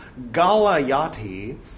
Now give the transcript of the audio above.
galayati